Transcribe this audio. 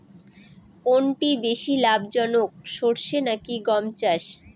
কোনটি বেশি লাভজনক সরষে নাকি গম চাষ?